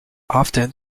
often